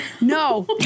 No